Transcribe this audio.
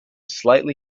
slightly